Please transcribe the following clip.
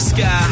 Sky